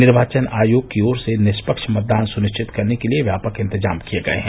निर्वाचन आयोग की ओर से निष्पक्ष मतदान सुनिश्चित करने के लिये व्यापक इंतजाम किये गये हैं